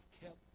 kept